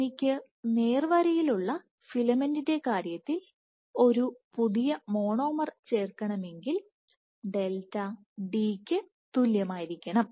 എനിക്ക് നേർവരയിൽ ഉള്ള ഫിലമെന്റിന്റെ കാര്യത്തിൽ ഒരു പുതിയ മോണോമർ ചേർക്കണമെങ്കിൽ ഡെൽറ്റ d ക്ക് തുല്യമായിരിക്കണം